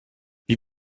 wie